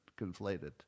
conflated